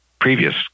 previous